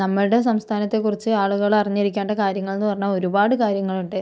നമ്മൾടെ സംസ്ഥാനത്തെ കുറിച്ച് ആളുകൾ അറിഞ്ഞിരിക്കേണ്ട കാര്യങ്ങൾ എന്നു പറഞ്ഞാൽ ഒരുപാട് കാര്യങ്ങളുണ്ട്